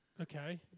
Okay